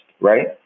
right